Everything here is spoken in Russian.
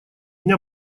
меня